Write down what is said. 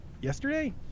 Yesterday